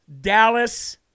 Dallas